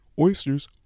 Oysters